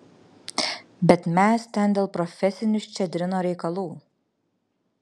bet mes ten dėl profesinių ščedrino reikalų